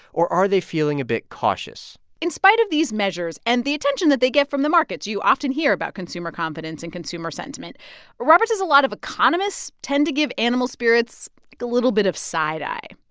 or are they feeling a bit cautious? in spite of these measures and the attention that they get from the markets you often hear about consumer confidence and consumer sentiment robert says a lot of economists tend to give animal spirits a little bit of side-eye.